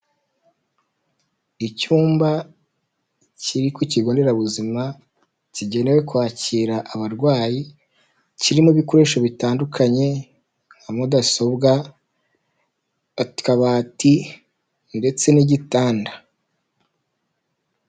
Icyumba kiri ku kigo nderabuzima, kigenewe kwakira abarwayi, kirimo ibikoresho bitandukanye nka mudasobwa akabati ndetse n'igitanda.